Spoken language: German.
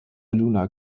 luna